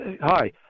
hi